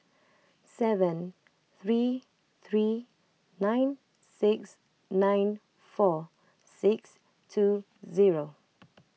seven three three nine six nine four six two zero